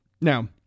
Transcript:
Now